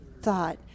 thought